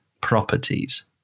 Properties